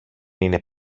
είναι